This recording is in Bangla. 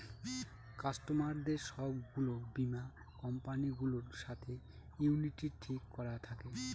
কাস্টমারদের সব গুলো বীমা কোম্পানি গুলোর সাথে ইউনিটি ঠিক করা থাকে